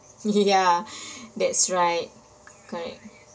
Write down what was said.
ya that's right correct